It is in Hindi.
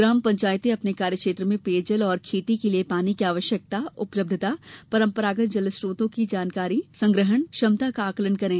ग्राम पंचायतें अपने कार्य क्षेत्र में पेयजल और खेती के लिये पानी की आवश्यकता उपलब्धता परम्परागत जल स्रोतों की स्थिति एवं जल संग्रहण क्षमता का आकलन करें